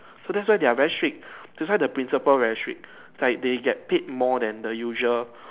so that's why they are very strict that's why the principal very strict is like they get paid more than the usual